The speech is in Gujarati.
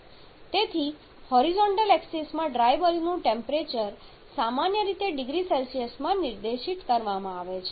તેથી હોરિઝોન્ટલ એક્સિસ માં ડ્રાય બલ્બનું ટેમ્પરેચર સામાન્ય રીતે ડિગ્રી સેલ્સિયસમાં નિર્દિષ્ટ કરવામાં આવે છે